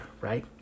right